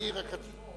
אתה אמרת.